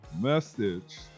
message